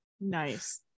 Nice